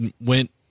went